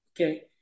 okay